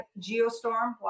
Geostorm